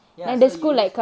ya so you use